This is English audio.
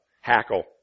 Hackle